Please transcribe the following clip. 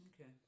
Okay